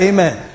Amen